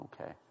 Okay